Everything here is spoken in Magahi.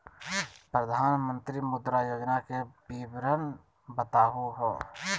प्रधानमंत्री मुद्रा योजना के विवरण बताहु हो?